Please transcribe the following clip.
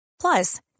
Plus